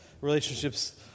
relationships